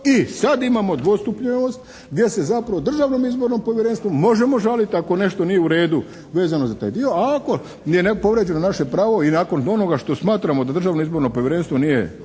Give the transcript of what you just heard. I sad imamo dvostupljenost gdje se zapravo Državnom izbornom povjerenstvu možemo žaliti ako nešto nije u redu vezano za taj dio, a ako je nepovrijeđeno naše pravo i nakon onoga što smatramo da Državno izborno povjerenstvo nije